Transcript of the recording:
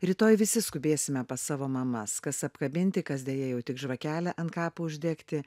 rytoj visi skubėsime pas savo mamas kas apkabinti kas deja jau tik žvakelę ant kapo uždegti